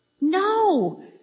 No